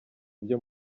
byo